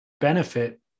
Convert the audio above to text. benefit